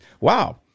wow